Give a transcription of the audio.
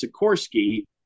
Sikorsky